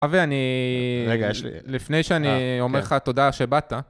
אבי, אני... לפני שאני אומר לך תודה שבאת.